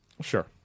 Sure